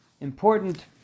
important